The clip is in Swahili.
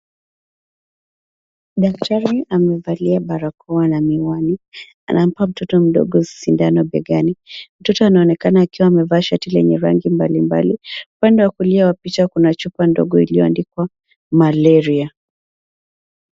Daktari amevalia barakoa na miwani anampa mtoto mdogo sindano begani. Mtoto anaonekana akiwa amevaa shati lenye rangi mbalimbali. Upande wa kulia wa picha kuna chupa ndogo iliyoandikwa malaria.